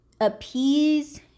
appease